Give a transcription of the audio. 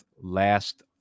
last